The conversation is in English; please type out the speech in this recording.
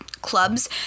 clubs